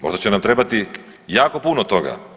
Možda će nam trebati jako puno toga.